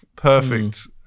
perfect